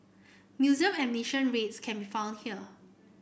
museum admission rates can be found here